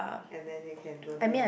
and then you can go there and